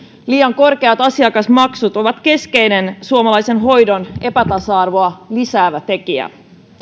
liian korkeat asiakasmaksut ovat keskeinen suomalaisen hoidon epätasa arvoa lisäävä tekijä